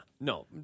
No